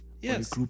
Yes